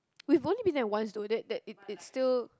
we've only been there once though that that it it still